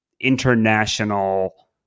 international